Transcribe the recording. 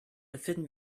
befinden